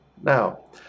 Now